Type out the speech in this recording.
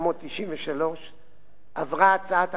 עברה הצעת החוק בקריאה ראשונה בכנסת,